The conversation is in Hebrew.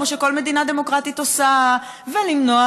כמו שכל מדינה דמוקרטית עושה ולמנוע,